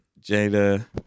Jada